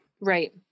Right